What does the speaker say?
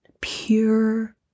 pure